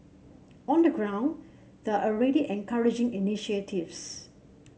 on the ground there are already encouraging initiatives